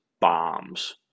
bombs